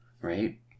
Right